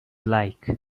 like